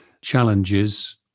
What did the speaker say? challenges